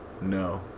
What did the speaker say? no